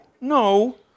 no